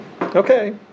okay